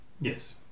yes